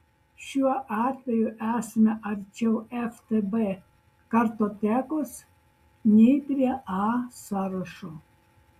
šiuo atveju esame arčiau ftb kartotekos nei prie a sąrašo